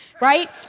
Right